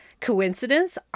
Coincidence